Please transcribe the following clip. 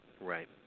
Right